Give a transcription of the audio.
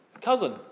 cousin